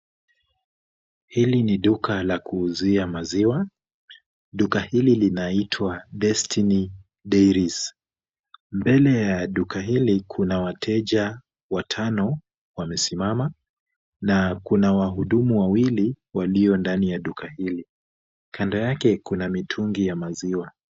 Hili ni duka la kuuzia maziwa. Duka hili linaitwa Destiny Dairies. Mbele ya duka hili kuna wateja watano wamesimama na kuna wahudumu wawili walio ndani ya duka hili. Kando yake kuna mitungi ya maziwa.